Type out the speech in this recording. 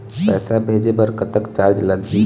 पैसा भेजे बर कतक चार्ज लगही?